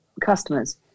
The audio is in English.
customers